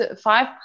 five